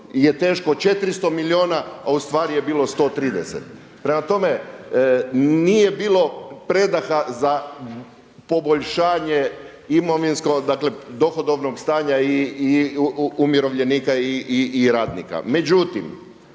400 milijuna, a u stvari je bilo 130. Prema tome, nije bilo predaha za poboljšanje imovinskog, dakle dohodovnog stanja i umirovljenika i radnika.